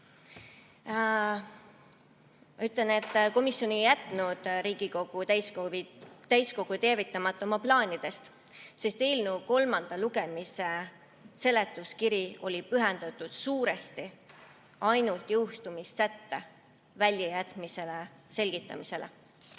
Ütlen, et komisjon ei jätnud Riigikogu täiskogu teavitamata oma plaanidest, sest eelnõu kolmanda lugemise seletuskiri oli pühendatud suuresti ainult jõustumissätte väljajätmise selgitamisele.